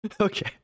Okay